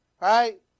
Right